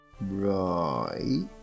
right